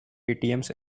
atms